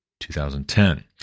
2010